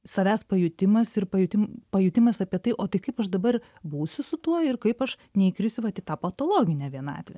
savęs pajutimas ir pajutim pajutimas apie tai o tai kaip aš dabar būsiu su tuo ir kaip aš neįkrisiu vat į tą patologinę vienatvę